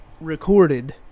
recorded